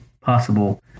possible